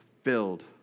filled